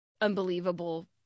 unbelievable